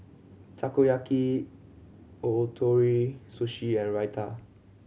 Takoyaki Ootoro Sushi and Raita